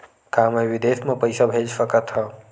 का मैं विदेश म पईसा भेज सकत हव?